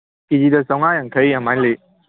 ꯀꯦ ꯖꯤꯗ ꯆꯥꯝꯃꯉꯥ ꯌꯥꯡꯈꯩ ꯑꯗꯨꯃꯥꯏꯅ ꯂꯩ